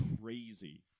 crazy